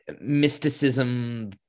mysticism